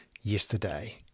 yesterday